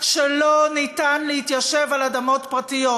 שלא ניתן להתיישב על אדמות פרטיות.